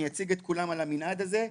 אני אציג את כולן על המנעד הזה,